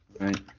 Right